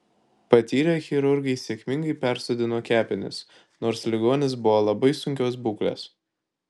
patyrę chirurgai sėkmingai persodino kepenis nors ligonis buvo labai sunkios būklės